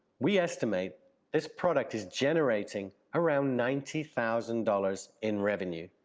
we estimate this product is generating around ninety thousand dollars in revenue.